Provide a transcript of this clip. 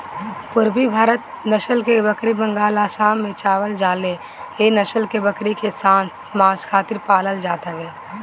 पुरबी भारत नसल के बकरी बंगाल, आसाम में पावल जाले इ नसल के बकरी के मांस खातिर पालल जात हवे